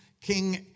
King